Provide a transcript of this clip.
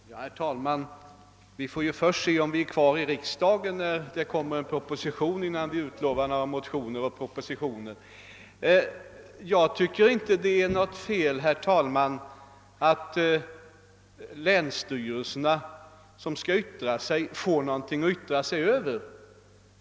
Herr talman! Vi får ju först se, om vi är kvar i riksdagen, när det blir dags att avlämna en proposition och väcka motioner, innan vi utlovar någonting i den vägen. Jag tycker inte att det är något fel att länsstyrelserna som skall yttra sig får någonting att yttra sig över.